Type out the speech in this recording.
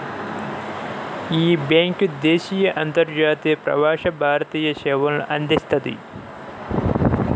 యీ బ్యేంకు దేశీయ, అంతర్జాతీయ, ప్రవాస భారతీయ సేవల్ని అందిస్తది